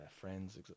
friends